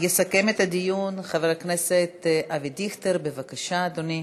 יסכם את הדיון חבר הכנסת אבי דיכטר, בבקשה, אדוני.